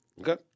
Okay